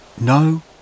No